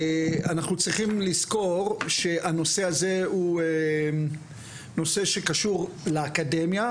אנחנו צריכים לזכור שהנושא הזה הוא נושא שקשור לאקדמיה,